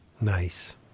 Nice